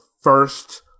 first